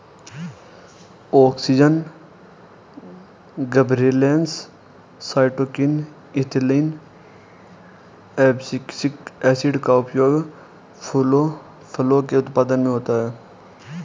auxin, gibberellins, cytokinin, ethylene, abscisic acid का उपयोग फलों के उत्पादन में होता है